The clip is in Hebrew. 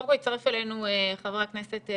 קודם כל הצטרף אלינו חבר הכנסת